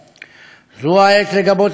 זו העת לגבות את הרמטכ"ל,